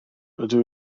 rydw